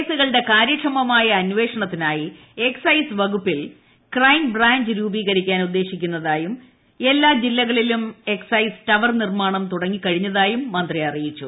കേസുകളുടെ കാര്യക്ഷമമായ അന്വേഷണത്തിനായി എക്സൈസ് വകുപ്പിൽ ക്രൈം ബ്രാഞ്ച് രൂപീകരിക്കാൻ ഉദ്ദേശിക്കുന്നതായും എല്ലാ ജില്ലകളി ലും എക്സൈസ് ടവർ നിർമ്മാണം തുടങ്ങിക്കഴിഞ്ഞതായും മന്ത്രി അറിയിച്ചു